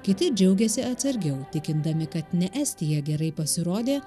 kiti džiaugiasi atsargiau tikindami kad ne estija gerai pasirodė